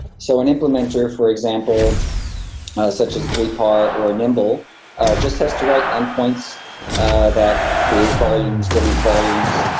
so an implementer for example such as three par or nimble just has to write endpoints that create volumes, delete volumes,